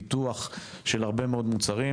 מכוני המחקר, גם את הפיתוח של הרבה מאוד מוצרים,